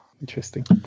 Interesting